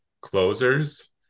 closers